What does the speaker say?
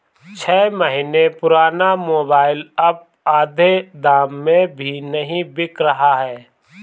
छह महीने पुराना मोबाइल अब आधे दाम में भी नही बिक रहा है